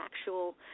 actual –